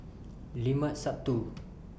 Limat Sabtu